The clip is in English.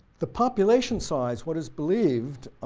the population size, what is believed,